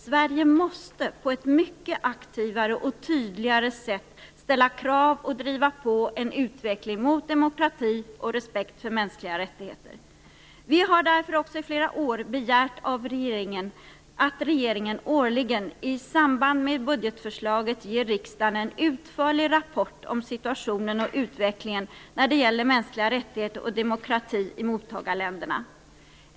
Sverige måste på ett mycket aktivare och tydligare sätt ställa krav och driva på en utveckling mot demokrati och respekt för mänskliga rättigheter. Vi har därför också i flera år begärt att regeringen årligen i samband med budgetförslaget ger riksdagen en utförlig rapport om situationen och utvecklingen när det gäller mänskliga rättigheter och demokrati i mottagarländerna.